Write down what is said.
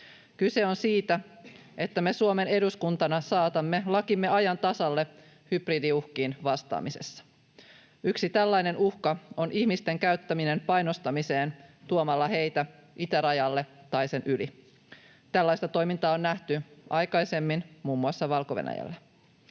Kyse on siitä, että me Suomen eduskuntana saatamme lakimme ajan tasalle hybridiuhkiin vastaamisessa. Yksi tällainen uhka on ihmisten käyttäminen painostamiseen tuomalla heitä itärajalle tai sen yli. Tällaista toimintaa on nähty aikaisemmin muun muassa Valko-Venäjällä.